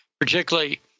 particularly